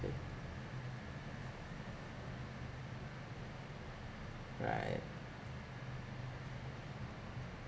K right